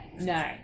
no